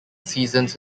seasons